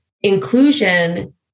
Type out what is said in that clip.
Inclusion